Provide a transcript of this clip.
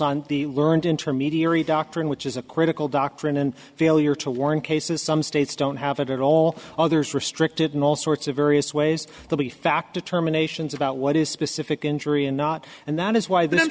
on the learned intermediary doctrine which is a critical doctrine and failure to warn cases some states don't have it at all others restricted in all sorts of various ways to be fact determinations about what is specific injury and not and that is why th